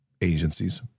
agencies